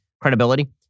credibility